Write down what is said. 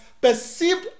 perceived